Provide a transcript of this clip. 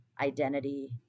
identity